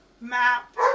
map